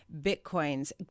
Bitcoins